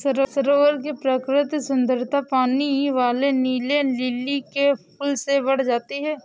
सरोवर की प्राकृतिक सुंदरता पानी वाले नीले लिली के फूल से बढ़ जाती है